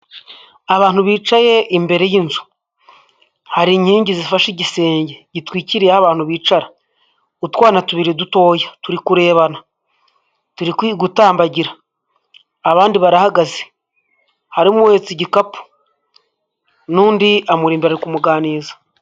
Abantu bicaye imbere y'inzu, hari inkingi zifashe igisenge gitwikiriye aho abantu bicara, utwana tubiri dutoya turi kurebana, turi gutambagira, abandi barahagaze, harimo uheretse igikapu, n'undi amuri imbere ari kumuganiriza.